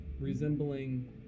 resembling